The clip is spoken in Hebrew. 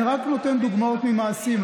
אני רק נותן דוגמאות ממעשים,